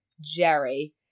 Jerry